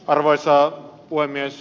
arvoisa puhemies